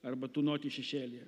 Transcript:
arba tūnoti šešėlyje